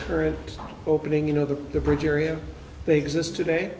current opening you know the bridge area they exist today